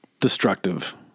destructive